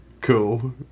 Cool